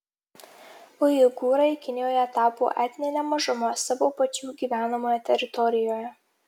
uigūrai kinijoje tapo etnine mažuma savo pačių gyvenamoje teritorijoje